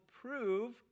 prove